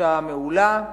כפגישה מעולה,